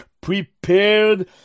prepared